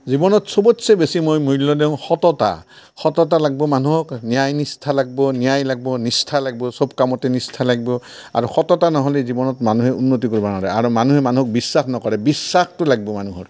জীৱনত চবতছে বেছি মই মূল্য দিওঁ সততা সততা লাগিব মানুহক ন্যায় নিষ্ঠা লাগিব ন্যায় লাগিব নিষ্ঠা লাগিব চব কামতে নিষ্ঠা লাগিব আৰু সততা নহ'লে জীৱনত মানুহে উন্নতি কৰিব নোৱাৰে আৰু মানুহে মানুহক বিশ্বাস নকৰে বিশ্বাসটো লাগিব মানুহৰ